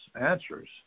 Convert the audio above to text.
answers